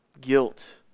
guilt